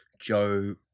Joe